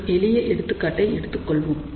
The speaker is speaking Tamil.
ஒரு எளிய எடுத்துக்காட்டை எடுத்துக்கொள்ளலாம்